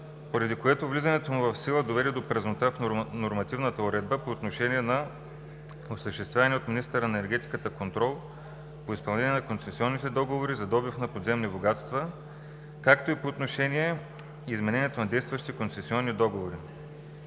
поради което влизането му в сила доведе до празнота в нормативната уредба по отношение на осъществявания от министъра на енергетиката контрол по изпълнение на концесионните договори за добив на подземни богатства, както и по отношение изменението на действащи концесионни договори.